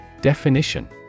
Definition